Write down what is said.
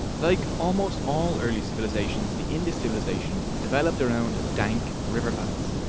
like almost all early civilsations the indus civilsation developed around dank river valleys.